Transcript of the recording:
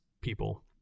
people